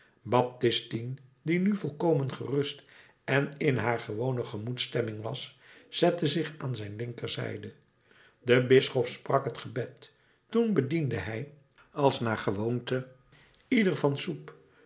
baptistine die nu volkomen gerust en in haar gewone gemoedsstemming was zette zich aan zijn linkerzijde de bisschop sprak het gebed toen bediende hij als naar gewoonte ieder van soep